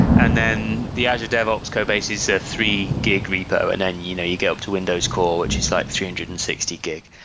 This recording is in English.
and then the azure devops codebase is a three gig repo, and then you know you get up to windows core, which is like three hundred and sixty gig.